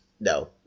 No